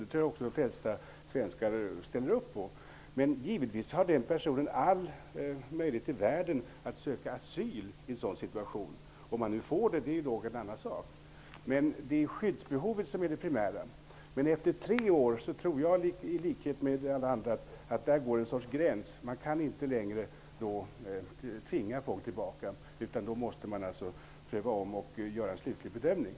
Det tror jag att de flesta svenskar ställer upp på. Givetvis har den personen möjlighet att söka asyl i en sådan situation, men om denne får det är en annan sak. Skyddsbehovet är alltså det primära. Efter tre år går dock gränsen. Det tycker jag i likhet med många andra här. Efter tre år kan man inte tvinga folk tillbaka till sitt hemland, utan man måste göra en ny prövning för att komma fram till en slutlig bedömning.